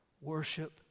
worship